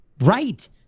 right